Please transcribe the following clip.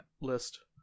list